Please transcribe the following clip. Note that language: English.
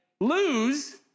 lose